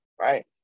Right